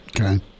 Okay